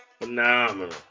phenomenal